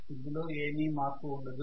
ఇందులో ఏమీ మార్పుఉండదు